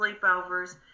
sleepovers